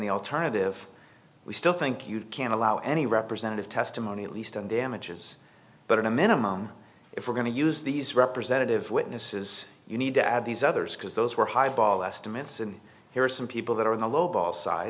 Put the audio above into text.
the alternative we still think you can allow any representative testimony at least on damages but in a minimum if we're going to use these representative witnesses you need to add these others because those were high ball estimates and here are some people that are in the low ball side